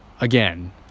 again